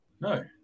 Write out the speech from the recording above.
No